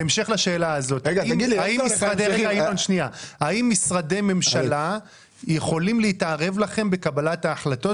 בהמשך לשאלה הזאת: האם משרדי ממשלה יכולים להתערב לכם בקבלת ההחלטות?